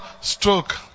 stroke